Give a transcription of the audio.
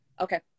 Okay